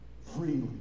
Freely